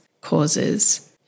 causes